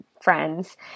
friends